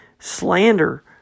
Slander